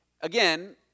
again